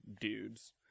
dudes